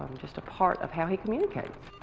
just a part of how he communicates.